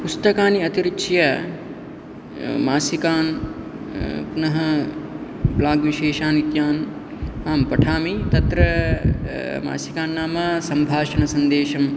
पुस्तकानि अतिरिच्य मासिकान् पुनः ब्लाग् विशेषान् इत्यान् आम् पठामि तत्र मासिका नाम सम्भाषणसन्देशं